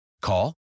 Call